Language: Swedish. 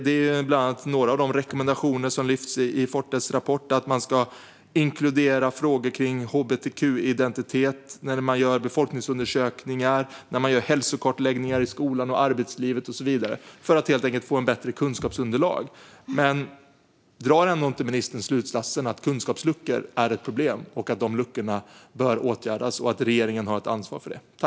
Det är några av de rekommendationer som lyfts i Fortes rapport: att man ska inkludera frågor kring hbtq-identitet när man gör befolkningsundersökningar, hälsokartläggningar i skolan och arbetslivet och så vidare, för att få ett bättre kunskapsunderlag. Men drar ministern ändå inte slutsatsen att kunskapsluckor är ett problem, att de luckorna bör åtgärdas och att regeringen har ett ansvar för detta?